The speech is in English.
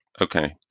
okay